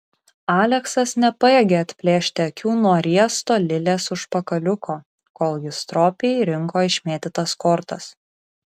aleksas nepajėgė atplėšti akių nuo riesto lilės užpakaliuko kol ji stropiai rinko išmėtytas kortas